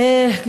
אה, סליחה.